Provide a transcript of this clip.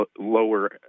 lower